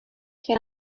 can